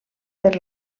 per